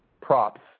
props